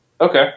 Okay